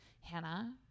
Hannah